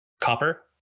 Copper